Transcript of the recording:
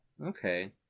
Okay